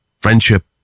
friendship